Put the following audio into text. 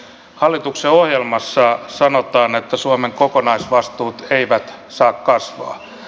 hallituksen ohjelmassa sanotaan että suomen kokonaisvastuut eivät saa kasvaa